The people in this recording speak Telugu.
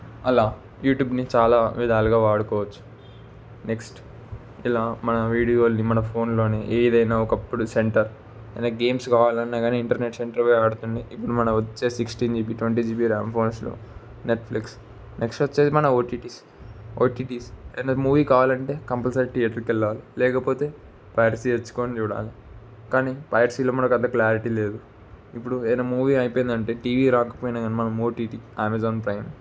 అలా యూట్యూబ్ని చాలా విధాలుగా వాడుకోవచ్చు నెక్స్ట్ ఇలా మన వీడియోలని మన ఫోన్లోనే ఏదైనా ఒకప్పుడు సెంటర్ ఏదైనా గేమ్స్ కావాలి అన్నా కానీ ఇంటర్నెట్ సెంటర్ పోయి ఆడుతుంటే ఇప్పుడు మనకు వచ్చే sixteen GB twenty GB RAM ఫోన్స్లో నెట్ఫ్లిక్స్ నెక్స్ట్ వచ్చేది మన ఓటిటిస్ ఓటిటిస్ ఏదైనా మూవీ కావాలంటే కంపల్సరి థియేటర్కి వెళ్ళాలి లేకపోతే పైరసీ తెచ్చుకొని చూడాలి కానీ పైరసీలో మనకు అంత క్లారిటీ లేదు ఇప్పుడు ఏదైనా మూవీ అయిపోయిందంటే టీవీకి రాకపోయినా కానీ మనకి ఓటిటి అమెజాన్ ప్రైమ్